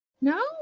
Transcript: No